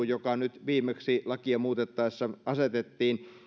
joka viimeksi lakia muutettaessa asetettiin